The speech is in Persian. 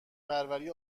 پروری